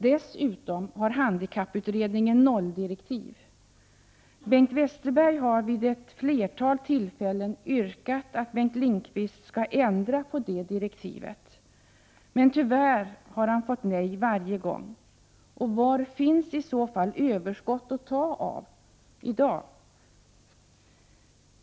Dessutom har handikapputredningen s.k. 0-direktiv. Bengt Westerberg har vid ett flertal tillfällen yrkat att Bengt Lindqvist skall ändra denna del av direktiven. Tyvärr har han fått nej. Var finns i så fall överskott att ta av i dag?